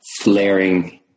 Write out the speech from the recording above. flaring